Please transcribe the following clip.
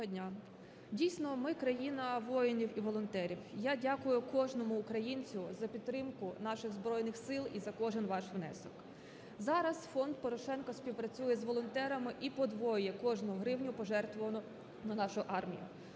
Дійсно, ми країна воїнів і волонтерів. Я дякую кожному українцю за підтримку наших Збройних Сил і за кожен ваш внесок. Зараз фонд Порошенка співпрацює з волонтерами і подвоює кожну гривню, пожертвувану на нашу армію.